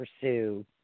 pursue